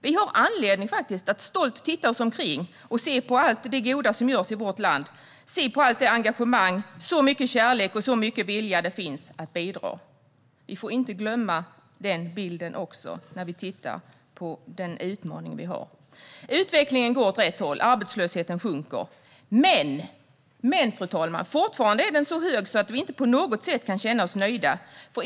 Vi har faktiskt anledning att stolt titta oss omkring och se på allt det goda som görs i vårt land och se på allt engagemang. Det finns så mycket kärlek och vilja att bidra. Vi får inte glömma den bilden heller när vi tittar på den utmaning som vi har. Utvecklingen går åt rätt håll, och arbetslösheten sjunker. Men, fru talman, fortfarande är arbetslösheten så hög att vi inte på något sätt kan känna oss nöjda.